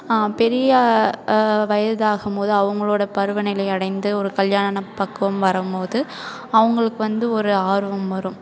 பெரிய வயதாகும் போது அவங்களோட பருவ நிலை அடைந்து ஒரு கல்யாண பக்குவம் வரும்போது அவங்களுக்கு வந்து ஒரு ஆர்வம் வரும்